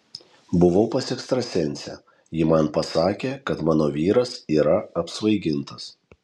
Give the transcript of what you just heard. buvau pas ekstrasensę ji man pasakė kad mano vyras yra apsvaigintas